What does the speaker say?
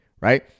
Right